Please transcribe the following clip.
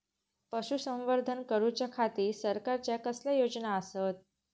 पशुसंवर्धन करूच्या खाती सरकारच्या कसल्या योजना आसत?